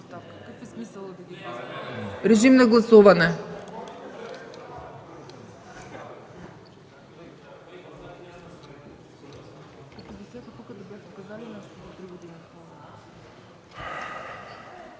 Режим на гласуване.